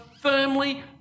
firmly